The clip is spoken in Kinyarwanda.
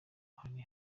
hari